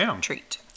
Treat